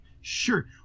Sure